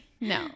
no